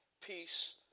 peace